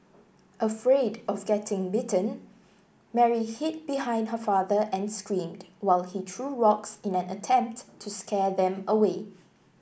afraid of getting bitten Mary hid behind her father and screamed while he threw rocks in an attempt to scare them away